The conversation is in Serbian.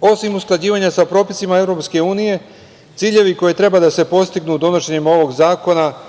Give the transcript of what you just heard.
Osim usklađivanja sa propisima EU, ciljevi koji treba da se postignu donošenjem ovog zakona